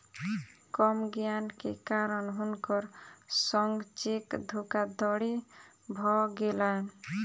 कम ज्ञान के कारण हुनकर संग चेक धोखादड़ी भ गेलैन